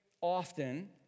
often